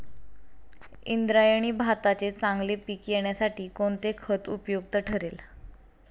इंद्रायणी भाताचे चांगले पीक येण्यासाठी कोणते खत उपयुक्त ठरेल?